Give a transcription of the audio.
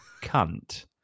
cunt